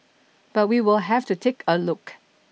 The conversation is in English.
but we will have to take a look